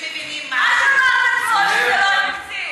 את אמרת אתמול שזה לא התקציב.